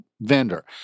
vendor